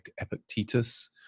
Epictetus